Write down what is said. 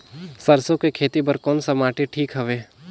सरसो के खेती बार कोन सा माटी ठीक हवे?